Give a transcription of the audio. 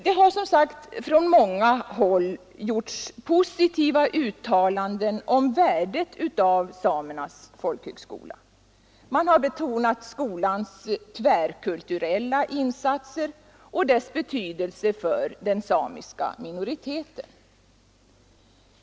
Det har som sagt från många håll gjorts positiva uttalanden om värdet av Samernas folkhögskola. Man har betonat skolans tvärkulturella insatser och dess betydelse för den samiska minoriteten.